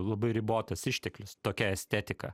labai ribotas išteklius tokia estetika